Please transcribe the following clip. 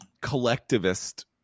collectivist